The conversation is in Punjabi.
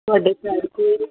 ਤੁਹਾਡੇ ਘਰ ਦੇ